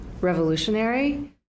revolutionary